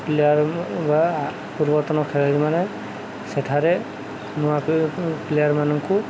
player ବା ପୂର୍ବର୍ତନ ଖେଳାଳିମାନେ ସେଠାରେ ନୂଆ ପ୍ଲେୟାରମାନଙ୍କୁ